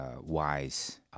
wise